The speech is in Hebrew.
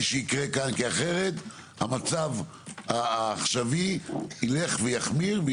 שיקרה כאן כי אחרת המצב העכשווי ילך ויחמיר.